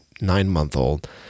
nine-month-old